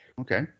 Okay